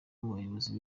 bayobozi